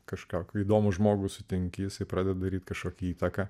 kažkokį įdomų žmogų sutinki jis pradeda daryti kažkokią įtaką